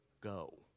go